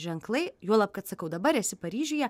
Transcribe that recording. ženklai juolab kad sakau dabar esi paryžiuje